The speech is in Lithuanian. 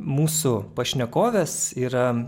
mūsų pašnekovės yra